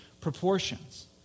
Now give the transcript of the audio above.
proportions